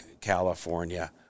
California